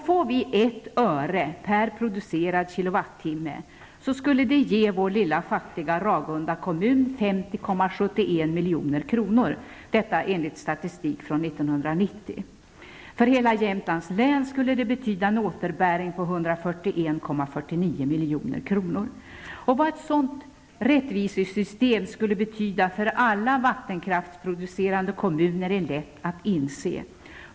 Får vi ett öre per producerad kilowattimme elkraft, skulle det ge vår lilla fattiga kommun 50,71 milj.kr., detta enligt statistik från 1990. För hela Jämtlands län skulle det betyda en återbäring på 141,49 milj.kr. Vad ett sådant rättvisesystem skulle betyda för alla vattenkraftsproducerande kommuner är lätt att inse.